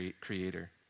creator